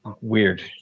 weird